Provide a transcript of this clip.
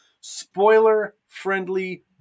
spoiler-friendly